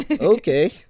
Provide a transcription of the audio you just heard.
okay